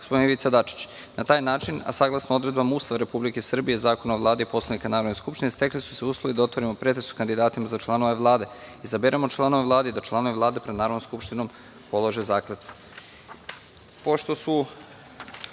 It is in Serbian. gospodin Ivica Dačić, na taj način, a saglasno odredbama Ustava Republike Srbije, Zakona o Vladi i poslanika Narodne skupštine stekli su se uslovi da otvorimo pretres o kandidatima za članove Vlade, izaberemo članove Vlade i da članovi Vlade pred Narodnom skupštinom polože